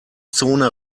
zone